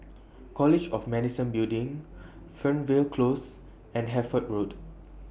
College of Medicine Building Fernvale Close and Hertford Road